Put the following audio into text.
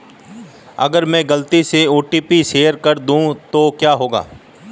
अगर मैं गलती से ओ.टी.पी शेयर कर दूं तो क्या होगा?